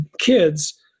kids